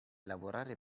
lavorare